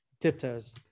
Tiptoes